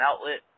outlet